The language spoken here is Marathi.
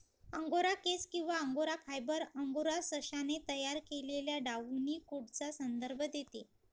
अंगोरा केस किंवा अंगोरा फायबर, अंगोरा सशाने तयार केलेल्या डाउनी कोटचा संदर्भ देते